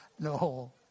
No